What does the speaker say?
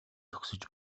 зогсож